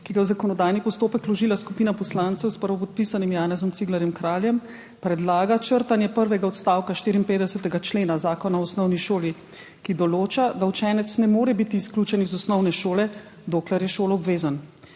ki ga je v zakonodajni postopek vložila skupina poslancev s prvopodpisanim Janezom Ciglerjem Kraljem, predlaga črtanje prvega odstavka 54. člena Zakona o osnovni šoli, ki določa, da učenec ne more biti izključen iz osnovne šole, dokler je šoloobvezen.